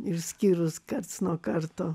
išskyrus karts nuo karto